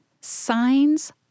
Signs